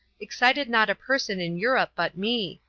excited not a person in europe but me,